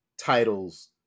titles